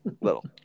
Little